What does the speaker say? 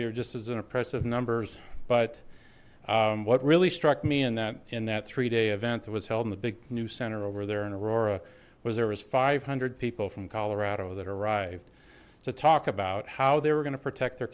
you just as an impressive numbers but what really struck me in that in that three day event that was held in the big new center over there in aurora was there was five hundred people from colorado that arrived to talk about how they were going to protect their